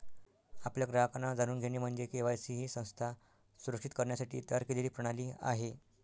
आपल्या ग्राहकांना जाणून घेणे म्हणजे के.वाय.सी ही संस्था सुरक्षित करण्यासाठी तयार केलेली प्रणाली आहे